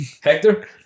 Hector